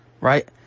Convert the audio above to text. Right